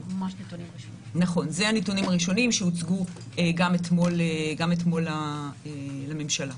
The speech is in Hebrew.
אלה הנתונים הראשונים שהוצגו גם אתמול לממשלה.